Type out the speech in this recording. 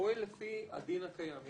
פועל לפי הדין הקיים.